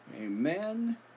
amen